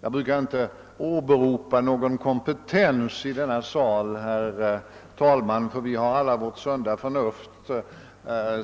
Jag brukar inte åberopa någon kompetens i denna sal, herr talman, ty vi har alla vårt sunda förnuft